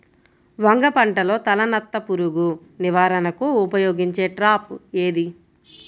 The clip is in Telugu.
వంగ పంటలో తలనత్త పురుగు నివారణకు ఉపయోగించే ట్రాప్ ఏది?